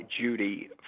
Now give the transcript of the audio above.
Judy